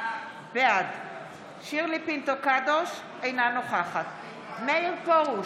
בעד שירלי פינטו קדוש, אינה נוכחת מאיר פרוש,